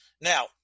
Now